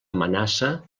amenaça